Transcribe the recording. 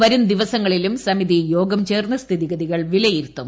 വരും ദിവസങ്ങളിലും സമിതിയോഗം ചേർന്ന് സ്ഥിതിഗതികൾ വിലയിരുത്തും